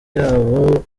yabo